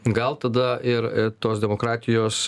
gal tada ir tos demokratijos